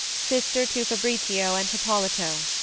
sister to fabritio and hippolito.